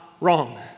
wrong